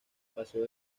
paseo